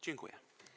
Dziękuję.